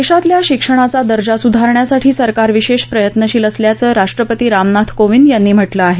देशातल्या शिक्षणाचा दर्जा सुधारण्यासाठी सरकार विशेष प्रयत्नशील असल्याचं राष्ट्रपती रामनाथ कोविंद यांनी म्हटलं आहे